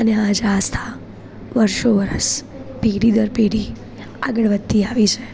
અને આજ આસ્થા વર્ષો વરસ પેઢી દર પેઢી આગળ વધતી આવી છે